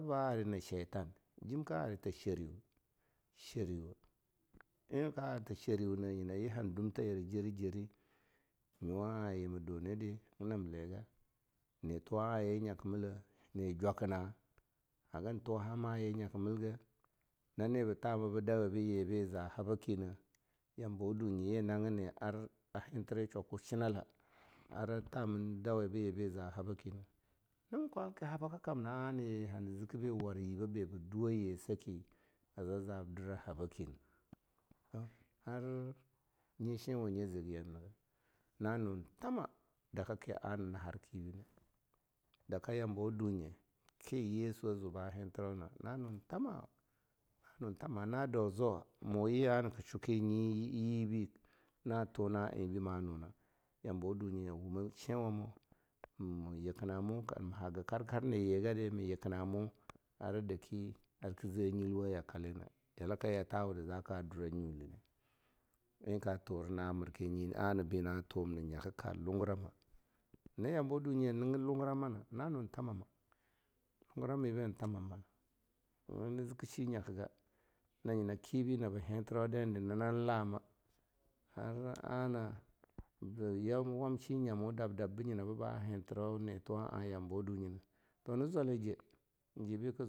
Bah arina shetan, jim ka arita shariwoh-shariwoh. eh ka arta shariwunah nyina yi han dumte yira jeri-jeri, nyu'a ye ma duni di haga nam liga, ne tuwa a ye nyaki millah nejwakina, hagan tuwa hama'a yinyaka milgah. nani bi tami bi dawi bi yi biza habakinah, yamabawa dunyi ye hagini ar a hintiri shwaku chinala ara tamin dawi biyi bi za habake na, nan kwake habakakamna hona ziki bi war yibabi bi duwo yi a saki zaza ab dira habaki. Toh ar nyi shinwanyi ziga yamna niga. na nur thama daka ki am na har kibi na. Daka yambawa dunye ki yesu a zuba hintiro na, na nun thama, na nun thama na dau zwawa muyi ana ka shwa ki nyi yibi na tuna enbi ma nuna, lambo dunyi a wumah shinwamoh, mu yikamo, ma haga karkar nayi gadi ma yikinamu a daki kaze nyilwa yakale na. yalaka yalawudi zaka dura nyuli na. Eh ka tura na'a marki nyi ana bina tuwum na nyaka ka lunguraba. nyina yambawa dunyi a niga lunguramana na nun thanamam, lunguram mibi han thamam. haga nani ziki shi nykai ga, na nyina kibi naba hintiro dai nida na nan lama, ar ana ba yalwam shi nyam wu dab-dab bi nyima biba hintiro netuwa'a yambawa dunyi toh na zwala je yebi.